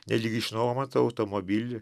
nelyg išnuomotą automobilį